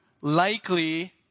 likely